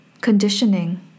conditioning